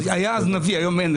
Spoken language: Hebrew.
אז היה נביא, היום אין.